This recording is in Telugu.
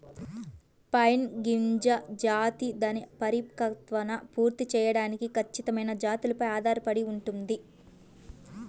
పైన్ గింజ జాతి దాని పరిపక్వతను పూర్తి చేయడానికి ఖచ్చితమైన జాతులపై ఆధారపడి ఉంటుంది